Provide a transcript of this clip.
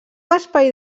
espai